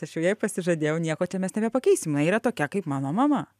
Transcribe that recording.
aš jau jai pasižadėjau nieko čia mes nebepakeisim jinai yra tokia kaip mano mama